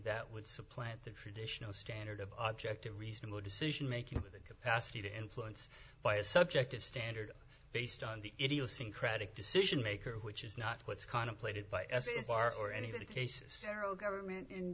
that would supplant the traditional standard of object a reasonable decision making capacity to influence by a subjective standard based on the idiosyncratic decision maker which is not what's contemplated by as in far or any of the cases general government in